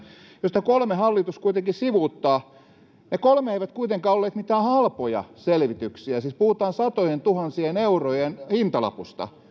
joista kolme hallitus kuitenkin sivuuttaa ne kolme eivät kuitenkaan olleet mitään halpoja selvityksiä siis puhutaan satojentuhansien eurojen hintalapusta